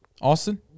Austin